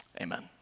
Amen